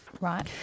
Right